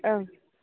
ओं